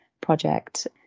project